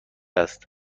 است